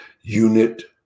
unit